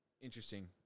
interesting